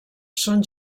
són